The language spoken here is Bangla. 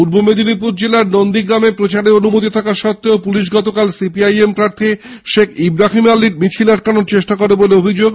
পূর্ব মেদিনীপুর জেলার নন্দীগ্রামে প্রচারে অনুমতি থাকা সত্বেও পুলিশ গতকাল সিপিআইএম প্রার্থী শেখ ইব্রাহিম আলির মিছিল আটকানোর চেষ্টা করে বলে অভিযোগ